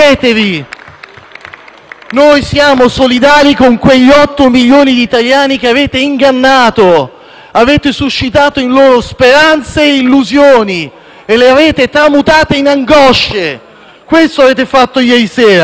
Noi siamo solidali con quegli 8 milioni di italiani che avete ingannato, suscitando in loro speranze e illusioni che avete poi tramutato in angosce. Questo avete fatto ieri sera.